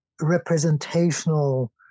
representational